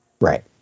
right